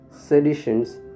seditions